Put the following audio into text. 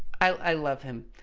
i love him.